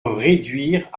réduire